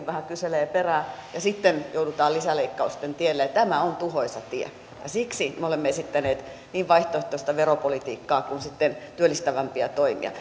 vähän kyselee perään ja sitten joudutaan lisäleikkausten tielle ja tämä on tuhoisa tie ja siksi me olemme esittäneet niin vaihtoehtoista veropolitiikkaa kuin sitten työllistävämpiä toimia